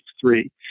three